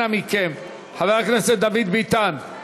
אנא מכם, חבר הכנסת דוד ביטן.